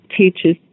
teaches